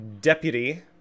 Deputy